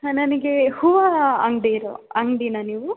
ಹಾಂ ನನಗೆ ಹೂವು ಅಂಗಡಿರು ಅಂಗ್ಡಿಯಾ ನೀವು